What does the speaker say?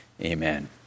amen